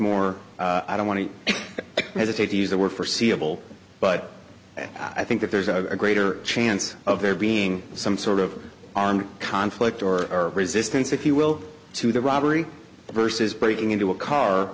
more i don't want to hesitate to use the word forseeable but i think that there's a greater chance of there being some sort of armed conflict or resistance if you will to the robbery versus breaking into a car